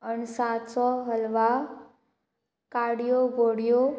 अणसाचो हलवा काड्यो बोडयो